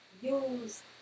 Use